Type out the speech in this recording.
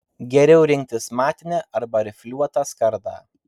geriau rinktis matinę arba rifliuotą skardą